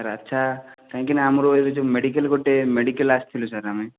ଆଚ୍ଛା କାହିଁକି ନା ଆମର ଏବେ ଯେଉଁ ମେଡ଼ିକାଲ ଗୋଟେ ମେଡ଼ିକାଲ ଆସିଥିଲୁ ସାର୍ ଆମେ